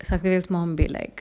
satif mom but like